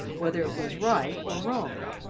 whether it was right or wrong.